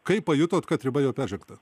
kaip pajutot kad riba jau peržengta